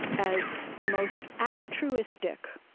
as the most altruistic